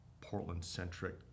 Portland-centric